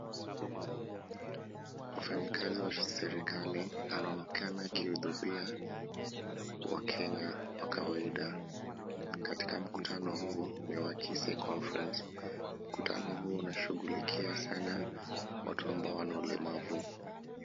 Mfanyikazi wa serikali anaonekana wakihutubia wakenya wa kawaida katika mkutano huo wa Kise conference , mkutano huo unashughulikia sana watu ambao wana ulemavu.